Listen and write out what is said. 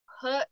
put